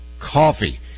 coffee